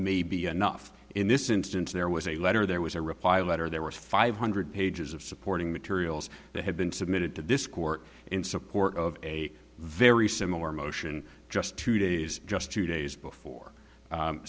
may be enough in this instance there was a letter there was a reply letter there was five hundred pages of supporting materials that had been submitted to this court in support of a very similar motion just two days just two days before